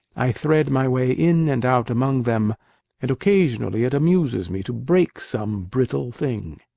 i thread my way in and out among them and occasionally it amuses me to break some brittle thing.